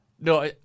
No